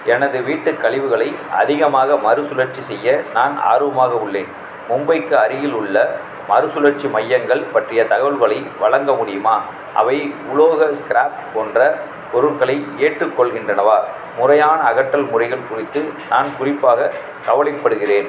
எனது வீட்டு கழிவுகளை அதிகமாக மறுசுழற்சி செய்ய நான் ஆர்வமாக உள்ளேன் மும்பைக்கு அருகிலுள்ள மறுசுழற்சி மையங்கள் பற்றிய தகவல்களை வழங்க முடியுமா அவை உலோக ஸ்கிராப் போன்ற பொருட்களை ஏற்றுக்கொள்கின்றனவா முறையான அகற்றல் முறைகள் குறித்து நான் குறிப்பாக கவலைப்படுகிறேன்